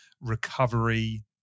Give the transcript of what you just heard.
recovery